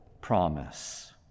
promise